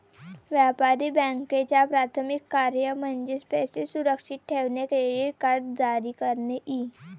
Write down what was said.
व्यापारी बँकांचे प्राथमिक कार्य म्हणजे पैसे सुरक्षित ठेवणे, क्रेडिट कार्ड जारी करणे इ